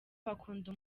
bakunda